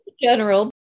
general